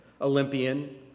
Olympian